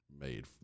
made